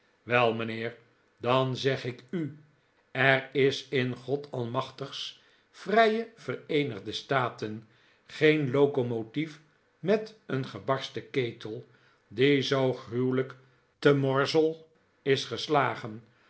wel mijnheer dan zeg ik u er is in godalmachtigs vrije vereenigde staten geen locomotief met een gebarsten ketel die zoo gruwelijk te morzel is geslagen